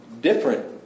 different